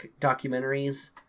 documentaries